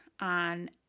on